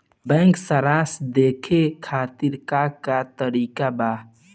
Bank सराश देखे खातिर का का तरीका बा?